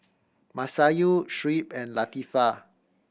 Masayu Shuib and Latifa